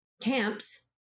camps